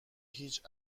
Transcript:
هیچ